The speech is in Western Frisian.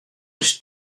ris